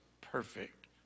perfect